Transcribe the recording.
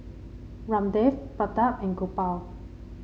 Ramdev Pratap and Gopal